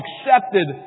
accepted